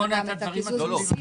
את קיזוז המסים.